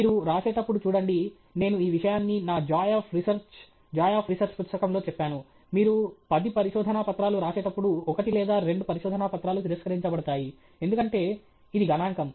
మీరు వ్రాసేటప్పుడు చూడండి నేను ఈ విషయాన్ని నా joy of research joy of research పుస్తకంలో చెప్పాను మీరు పది పరిశోదన పత్రాలు రాసేటప్పుడు ఒకటి లేదా రెండు పరిశోదన పత్రాలు తిరస్కరించబడతాయి ఎందుకంటే ఇది గణాంకం